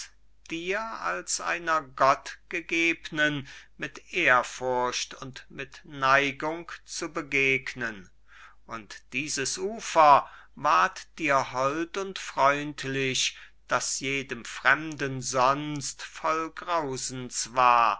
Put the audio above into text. dir als einer gottgegebnen mit ehrfurcht und mit neigung zu begegnen und dieses ufer ward dir hold und freundlich das jedem fremden sonst voll grausens war